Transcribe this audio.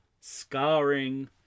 scarring